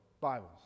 Bibles